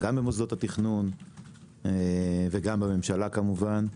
גם במוסדות התכנון וגם בממשלה כמובן,